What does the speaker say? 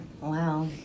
wow